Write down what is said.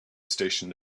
station